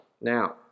Now